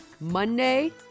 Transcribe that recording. Monday